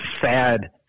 sad